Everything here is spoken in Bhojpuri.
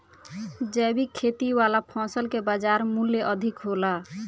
जैविक खेती वाला फसल के बाजार मूल्य अधिक होला